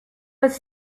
was